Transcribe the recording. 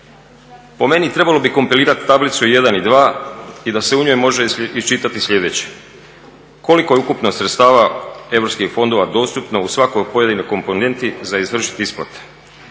Po meni trebalo bi kompilirati tablicu 1. i 2. i da se u njoj može iščitati sljedeće: koliko je ukupno sredstava europskih fondova dostupno u svakoj pojedinoj komponenti za izvršiti isplate,